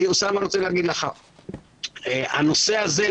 אני רוצה להגיד לך שהנושא הזה,